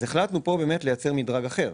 החלטנו פה לייצר מדרג אחר.